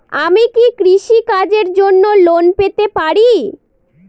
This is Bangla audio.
আমি কি কৃষি কাজের জন্য লোন পেতে পারি?